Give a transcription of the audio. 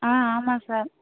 ஆ ஆமாம் சார்